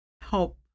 help